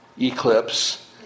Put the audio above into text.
eclipse